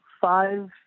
five